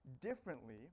differently